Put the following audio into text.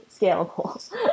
scalable